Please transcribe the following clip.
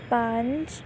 ਪੰਜ